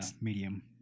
medium